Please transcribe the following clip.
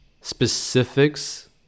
specifics